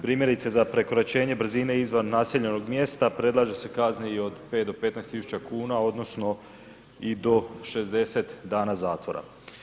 Primjerice za prekoračenje brzine izvan naseljenog mjesta predlaže se kazne i od 5 do 15.000,00 kn odnosno i do 60 dana zatvora.